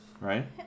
right